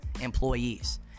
employees